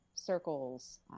circles